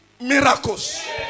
miracles